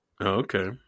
Okay